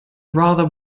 rather